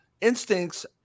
instincts